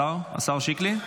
השר שקלי.